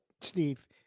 Steve